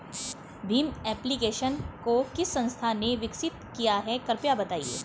Bhim application को किस संस्था ने विकसित किया है कृपया बताइए?